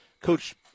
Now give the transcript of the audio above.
Coach